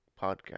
podcast